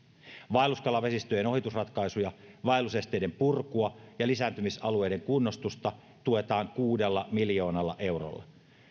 vaelluskalavesistöjen ohitusratkaisuja vaellusesteiden purkua ja lisääntymisalueiden kunnostusta tuetaan kuudella miljoonalla eurolla